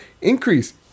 increase